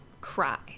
cry